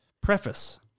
Preface